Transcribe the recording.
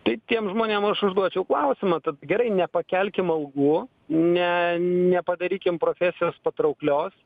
tai tiem žmonėm aš užduočiau klausimą gerai nepakelkim algų ne nepadarykim profesijos patrauklios